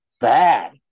bad